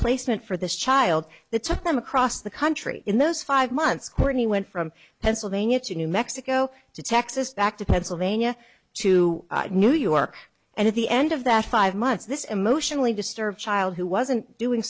placement for this child the took them across the country in those five months courtney went from pennsylvania to new mexico to texas back to pennsylvania to new york and at the end of that five months this emotionally disturbed child who wasn't doing